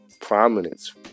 prominence